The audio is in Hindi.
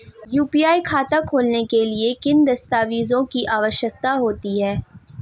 यू.पी.आई खाता खोलने के लिए किन दस्तावेज़ों की आवश्यकता होती है?